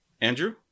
Andrew